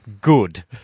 good